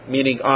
Meaning